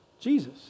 Jesus